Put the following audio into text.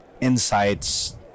insights